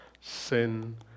sin